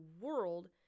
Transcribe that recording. world